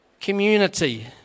Community